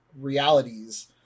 realities